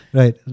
right